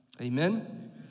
amen